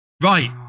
right